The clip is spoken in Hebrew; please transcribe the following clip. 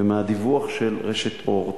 ומהדיווח של רשת "אורט",